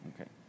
Okay